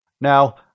Now